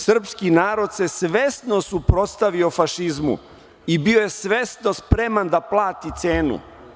Srpski narod se svesno suprotstavio fašizmu i bio je svesno spreman da plati cenu.